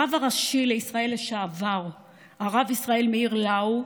הרב הראשי לישראל לשעבר הרב ישראל מאיר לאו,